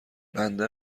بنده